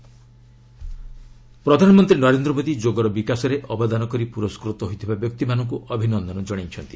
PM Yoga awards ପ୍ରଧାନମନ୍ତ୍ରୀ ନରେନ୍ଦ୍ର ମୋଦୀ ଯୋଗର ବିକାଶରେ ଅବଦାନ କରି ପୁରସ୍କୃତ ହୋଇଥିବା ବ୍ୟକ୍ତିମାନଙ୍କୁ ଅଭିନନ୍ଦନ ଜଣାଇଛନ୍ତି